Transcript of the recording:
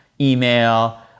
email